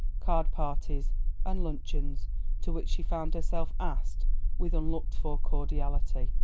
card-parties and luncheons to which she found herself asked with unlooked-for cordiality.